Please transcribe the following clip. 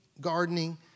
gardening